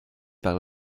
par